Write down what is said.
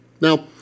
Now